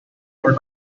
for